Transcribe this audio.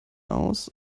aus